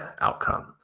outcome